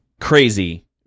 crazy